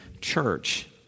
church